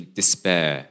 despair